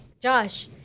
Josh